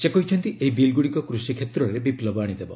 ସେ କହିଛନ୍ତି ଏହି ବିଲ୍ଗ୍ରଡ଼ିକ କୃଷି କ୍ଷେତ୍ରରେ ବିପୁବ ଆଣିଦେବ